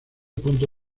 punto